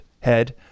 head